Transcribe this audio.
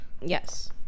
yes